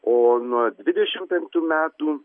o nuo dvidešim penktų metų